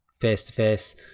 face-to-face